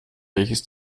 welches